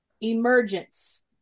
Emergence